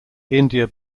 india